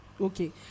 Okay